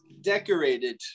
decorated